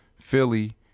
Philly